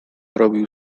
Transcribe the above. robił